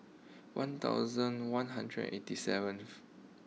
one thousand one hundred eighty seventh